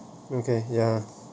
okay ya